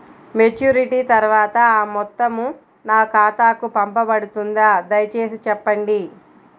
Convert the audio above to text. Maturity తర్వాత ఆ మొత్తం నా ఖాతాకు పంపబడుతుందా? దయచేసి చెప్పండి?